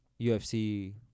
UFC